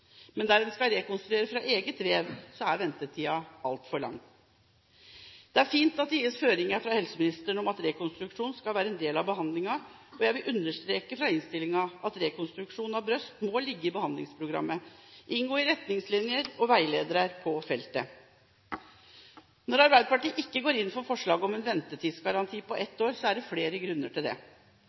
Men der en skal rekonstruere fra eget vev, er ventetiden altfor lang. Det er fint at det nå gis føringer fra helseministeren for at rekonstruksjon skal være en del av behandlingen, og jeg vil understreke det som står i innstillingen, at rekonstruksjon av bryst må ligge i behandlingsprogrammet og inngå i retningslinjer og veiledere på feltet. Når Arbeiderpartiet ikke går inn for forslaget om en ventetidsgaranti på ett år, er det flere grunner til det.